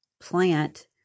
plant